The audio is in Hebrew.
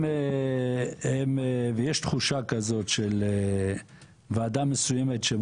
ויש תחושה כזאת של ועדה מסוימת.